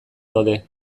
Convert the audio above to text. daude